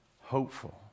hopeful